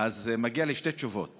אז מגיעות לי שתי תשובות.